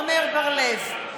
(קוראת בשמות חברי הכנסת) עמר בר לב,